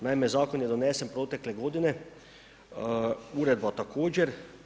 Naime, zakon je donesen protekle godine, uredba također.